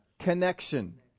connection